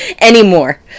anymore